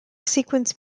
sequence